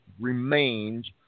remains